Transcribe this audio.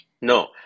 No